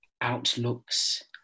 outlooks